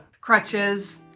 Crutches